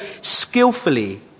skillfully